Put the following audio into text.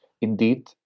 Indeed